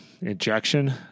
injection